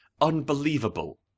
unbelievable